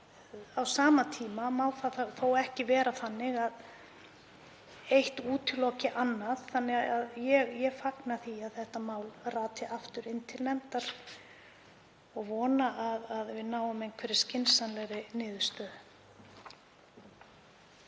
Á sama tíma má það þó ekki vera þannig að eitt útiloki annað þannig að ég fagna því að þetta mál rati aftur til nefndar og vona að við náum skynsamlegri niðurstöðu.